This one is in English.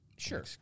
Sure